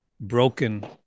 broken